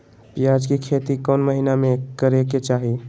प्याज के खेती कौन महीना में करेके चाही?